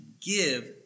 give